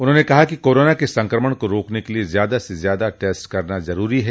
उन्होंने कहा कि कोरोना के संक्रमण को रोकने के लिये ज्यादा से ज्यादा टेस्ट करना जरूरी है